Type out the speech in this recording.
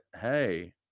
hey